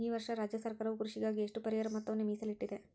ಈ ವರ್ಷ ರಾಜ್ಯ ಸರ್ಕಾರವು ಕೃಷಿಗಾಗಿ ಎಷ್ಟು ಪರಿಹಾರ ಮೊತ್ತವನ್ನು ಮೇಸಲಿಟ್ಟಿದೆ?